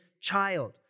child